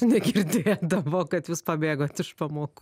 negirdėdavo kad jūs pabėgote iš pamokų